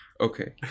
Okay